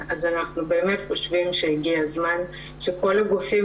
אנחנו באמת חושבים שהגיע הזמן שכל הגופים